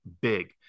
big